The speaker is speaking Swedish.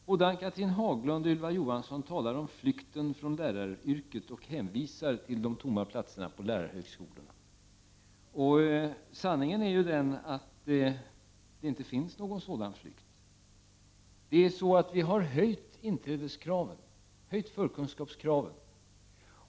Både Ann-Cathrine Haglund och Ylva Johansson talade om flykten från läraryrket och hänvisade till de tomma platserna på lärarhögskolorna. Sanningen är att det inte finns någon sådan flykt. Vi har faktiskt höjt inträdesoch förkunskapskraven.